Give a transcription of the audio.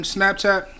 Snapchat